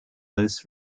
this